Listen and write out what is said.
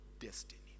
destiny